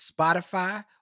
Spotify